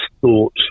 thought